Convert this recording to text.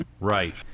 Right